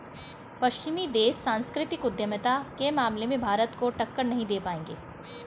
पश्चिमी देश सांस्कृतिक उद्यमिता के मामले में भारत को टक्कर नहीं दे पाएंगे